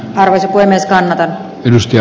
arvoisa puhemies ihan ylös ja